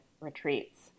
retreats